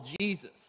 Jesus